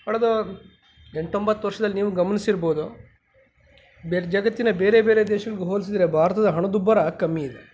ಕಳೆದ ಎಂಟು ಒಂಬತ್ತು ವರ್ಷದಲ್ಲಿ ನೀವು ಗಮನಿಸಿರ್ಬೋದು ಬೇರೆ ಜಗತ್ತಿನ ಬೇರೆ ಬೇರೆ ದೇಶಗಳಿಗೆ ಹೋಲಿಸಿದರೆ ಭಾರತದ ಹಣದುಬ್ಬರ ಕಮ್ಮಿ ಇದೆ